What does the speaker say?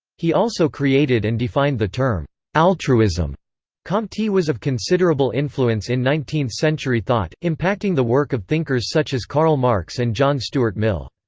he also created and defined the term altruism comte was of considerable influence in nineteenth century thought, impacting the work of thinkers such as karl marx and john stuart mill.